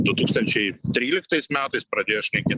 du tūkstančiai tryliktais metais pradėjo šnekėt